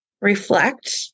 reflect